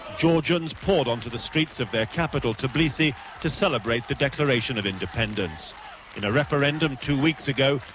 georgians poured onto the streets of their capital, tbilisi to celebrate the declaration of independence. in a referendum two weeks ago,